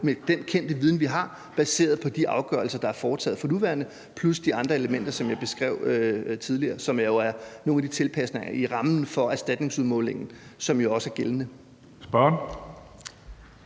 med den kendte viden, vi har, baseret på de afgørelser, der er foretaget for nuværende, plus de andre elementer, som jeg beskrev tidligere, og som er nogle af de tilpasninger af rammen for erstatningsudmålingen, som jo også er gældende.